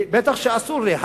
בטח שאסור לי.